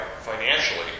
financially